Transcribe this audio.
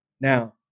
Now